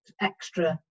extra